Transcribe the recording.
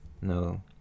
no